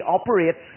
operates